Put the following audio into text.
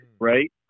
right